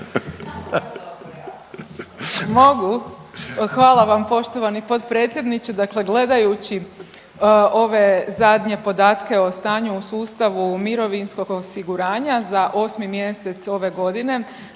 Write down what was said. Mogu, hvala vam poštovani potpredsjedniče. Dakle, gledajući ove zadnje podatke o stanju u sustavu mirovinskog osiguranja za 8. mjesec ove godine